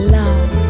love